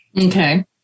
Okay